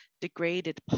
degraded